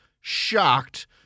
shocked